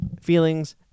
Feelings